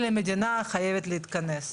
אלא המדינה חייבת להתכנס.